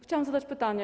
Chciałam zadać pytanie.